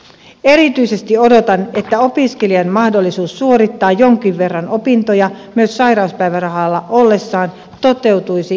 erityisesti odotan että opiskelijan mahdollisuus suorittaa jonkin verran opintoja myös sairauspäivärahalla ollessaan toteutuisi nopealla aikataululla